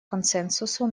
консенсусу